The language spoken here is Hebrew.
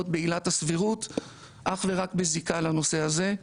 בעילת הסבירות אך ורק בזיקה לנושא הזה,